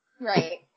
Right